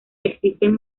existen